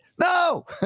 No